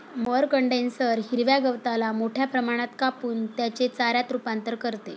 mower condenser हिरव्या गवताला मोठ्या प्रमाणात कापून त्याचे चाऱ्यात रूपांतर करते